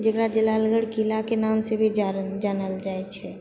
जेकरा जलालगढ़ किलाके नामसे भी जानल जानल जाइत छै